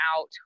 out